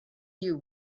you